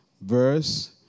verse